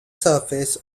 surface